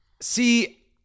See